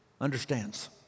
understands